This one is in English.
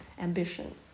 Ambition